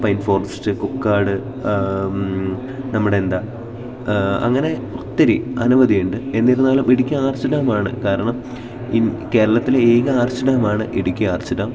pine forest കുക്കാട് നമ്മുടെ എന്താ അങ്ങനെ ഒത്തിരി അനവധിയുണ്ട് എന്നിരുന്നാലും ഇടുക്കി ആർച്ച് ഡാമാണ് കാരണം കേരളത്തിലെ ഏക ആർച്ച് ഡാമാണ് ഇടുക്കി ആർച്ച് ഡാം